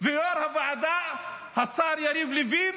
זה יו"ר הוועדה השר יריב לוין.